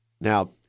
Now